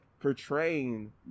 portraying